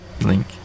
Link